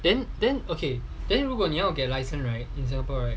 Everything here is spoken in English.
then then okay then 如果你要给 license right in singapore